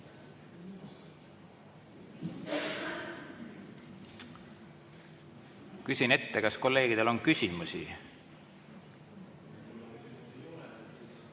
Küsin ette, kas kolleegidel on küsimusi.